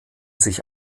sich